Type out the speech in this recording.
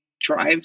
drive